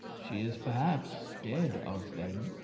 she is perhaps dead of them.